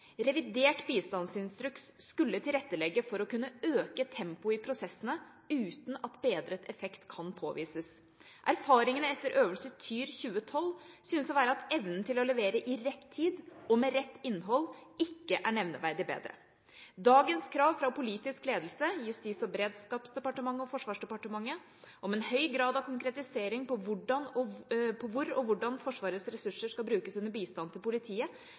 Bistandsinstruks skulle tilrettelegge for å kunne øke tempoet i prosessene – uten at bedret effekt kan påvises. Erfaringene etter øvelse TYR 2012 synes å være at evnen til å levere i rett tid – og med rett innhold – ikke er nevneverdig bedre.» Videre: «Dagens krav fra politisk ledelse om en høy grad av konkretisering på hvor og hvordan Forsvarets ressurser skal brukes under bistand til politiet